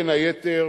בין היתר,